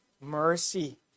mercy